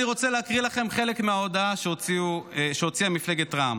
אני רוצה להקריא לכם חלק מההודעה שהוציאה מפלגת רע"מ: